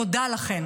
תודה לכן